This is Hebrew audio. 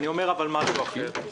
אבל אני אומר משהו אחר.